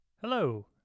Hello